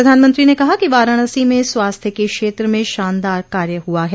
प्रधानमंत्री ने कहा कि वाराणसी में स्वास्थ्य के क्षेत्र में शानदार कार्य हुआ है